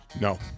No